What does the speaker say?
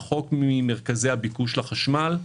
רחוק ממרכזי הביקוש לחשמל.